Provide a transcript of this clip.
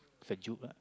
sejuk pula